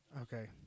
Okay